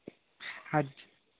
urge